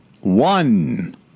one